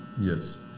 yes